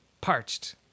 parched